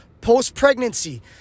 post-pregnancy